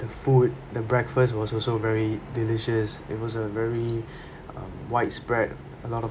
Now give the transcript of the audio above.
the food the breakfast was also very delicious it was a very um widespread a lot of